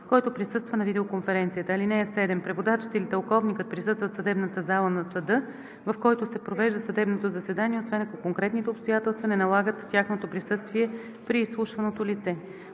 който присъства на видеоконференцията. (7) Преводачът или тълковникът присъстват в съдебната зала на съда, в който се провежда съдебното заседание, освен ако конкретните обстоятелства не налагат тяхното присъствие при изслушваното лице.“